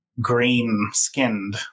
green-skinned